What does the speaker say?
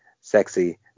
Sexy